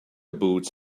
boots